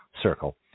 circle